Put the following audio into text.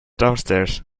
downstairs